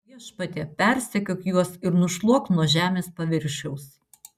viešpatie persekiok juos ir nušluok nuo žemės paviršiaus